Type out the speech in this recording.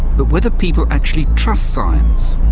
but whether people actually trust science.